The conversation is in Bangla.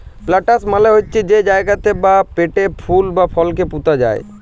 প্লান্টার্স মালে হছে যে জায়গাতে বা পটে ফুল বা ফলকে পুঁতা যায়